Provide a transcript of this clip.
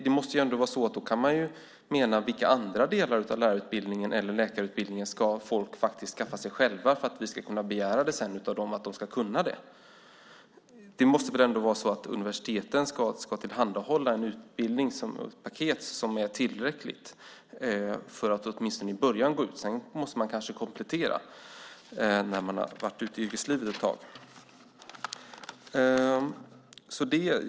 Då kan man ju undra vilka andra delar av lärarutbildningen eller läkarutbildningen som folk ska skaffa sig själva för att vi sedan ska kunna begära av dem att de ska kunna det ena och det andra? Universiteten ska väl ändå tillhandahålla ett utbildningspaket som är tillräckligt för att åtminstone gå ut med i början. Sedan måste man kanske komplettera när man har varit ute i yrkeslivet ett tag.